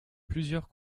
plusieurs